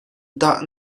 dah